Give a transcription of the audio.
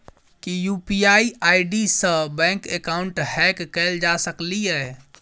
की UPI ID सऽ bank account hack कैल जा सकलिये?